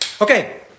Okay